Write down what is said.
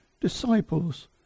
disciples